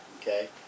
okay